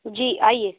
जी आए